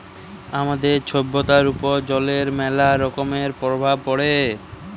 আমাদের ছভ্যতার উপর জলের ম্যালা রকমের পরভাব পড়ে